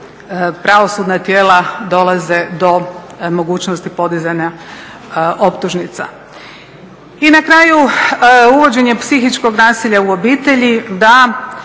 pravosudna tijela dolaze do mogućnosti podizanja optužnica. I na kraju uvođenje psihičkog nasilja u obitelji,